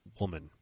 woman